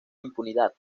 impunidad